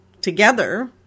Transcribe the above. together